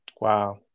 Wow